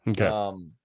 Okay